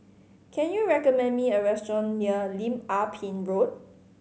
can you recommend me a restaurant near Lim Ah Pin Road